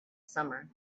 summer